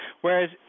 Whereas